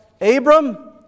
Abram